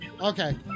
okay